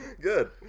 Good